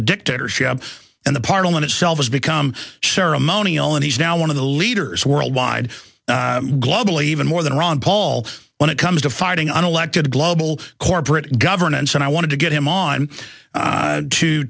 a dictatorship and the parnell in itself has become ceremonial and he's now one of the leaders worldwide globally even more than ron paul when it comes to fighting an elected global corporate governance and i wanted to get him on